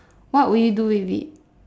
what would you do with it